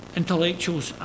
intellectuals